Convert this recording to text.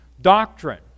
doctrine